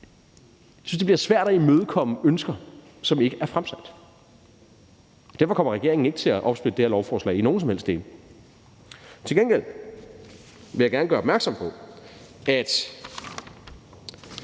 også, at det bliver svært at imødekomme ønsker, som ikke er fremsat. Derfor kommer regeringen ikke til at splitte lovforslaget op i nogen som helst dele. Til gengæld vil jeg gerne gøre opmærksom på, at